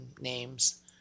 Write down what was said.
names